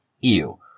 ew